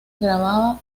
grabada